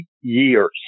years